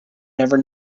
never